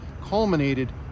culminated